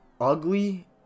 ugly